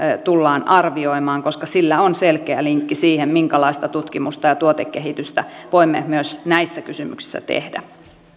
tullaan arvioimaan koska sillä on selkeä linkki siihen minkälaista tutkimusta ja tuotekehitystä voimme myös näissä kysymyksissä tehdä